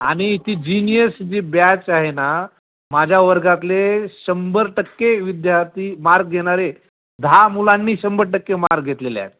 आणि ती जीनियस जी ब्याच आहे ना माझ्या वर्गातले शंभर टक्के विद्यार्थी मार्क घेणारे दहा मुलांनी शंभर टक्के मार्क घेतलेले आहेत